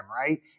right